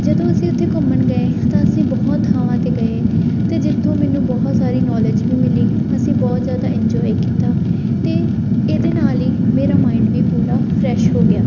ਜਦੋਂ ਅਸੀਂ ਉੱਥੇ ਘੁੰਮਣ ਗਏ ਤਾਂ ਅਸੀਂ ਬਹੁਤ ਥਾਵਾਂ 'ਤੇ ਗਏ ਅਤੇ ਜਿੱਥੋਂ ਮੈਨੂੰ ਬਹੁਤ ਸਾਰੀ ਨੌਲੇਜ ਵੀ ਮਿਲੀ ਅਸੀਂ ਬਹੁਤ ਜ਼ਿਆਦਾ ਇੰਜੋਏ ਕੀਤਾ ਅਤੇ ਇਹਦੇ ਨਾਲ ਹੀ ਮੇਰਾ ਮਾਇੰਡ ਵੀ ਪੂਰਾ ਫਰੈਸ਼ ਹੋ ਗਿਆ